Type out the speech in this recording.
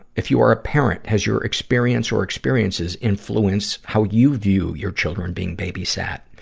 if you are a parent, has your experience or experiences influenced how you view your children being babysat?